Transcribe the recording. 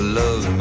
love